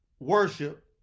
Worship